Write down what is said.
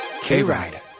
K-Ride